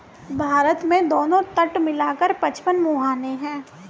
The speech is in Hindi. भारत में दोनों तट मिला कर पचपन मुहाने हैं